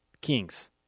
Kings